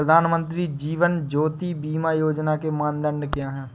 प्रधानमंत्री जीवन ज्योति बीमा योजना के मानदंड क्या हैं?